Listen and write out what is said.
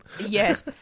Yes